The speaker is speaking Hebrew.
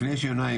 לפני שהיא עונה,